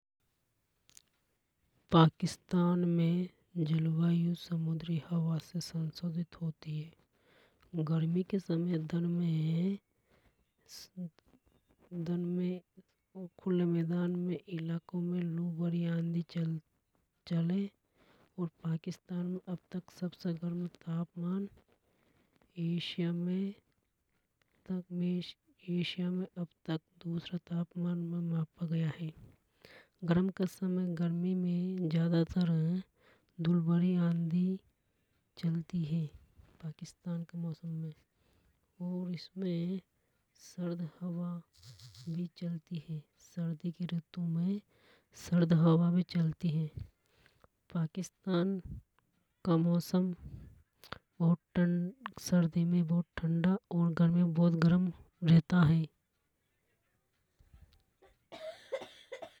पाकिस्तान में जलवायु समुद्र हवा से संशोधित होती है। गर्मी के समय दन में खुले मैदान में इलाको में लू भरी आधी चले। और पाकिस्तान में अब तक सबसे गरम तापमान एशिया में अब तक दूसरा तापमान में मापा गया है। गर्म के समय गर्मी में धूल भरी आंधी चलती हे पाकिस्तान के मौसम में और इसमें सर्द हवा। भी चलती हैं सर्दी की ऋतु में सर्द हवा भी चलती है। पाकिस्तान का मौसम सर्दी में बहुत ठंडा और गर्मी में बहुत गर्म रहता है।